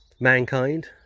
mankind